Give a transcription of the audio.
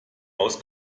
aus